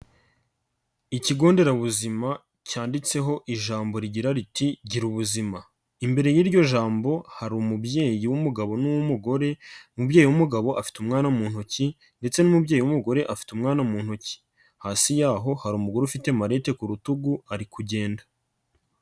Ikigo nderabuzima cyanditseho ijambo rigira riti ''gira ubuzima,'' imbere y'iryo jambo hari umubyeyi w'umugabo n'uw'umugore umubyeyi w'umugabo afite umwana mu ntoki ndetse n'umubyeyi w'umugore afite umwana mu nntoki, hasi y'aho hari umugore ufite malete ku rutugu ari kugenda.